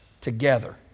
together